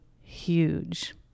huge